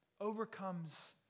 overcomes